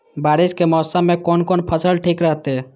बारिश के मौसम में कोन कोन फसल ठीक रहते?